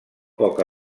poca